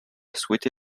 souhaité